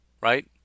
right